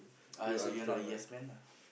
uh so you are not a yes man